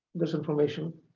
this information.